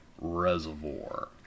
reservoir